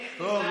טוב,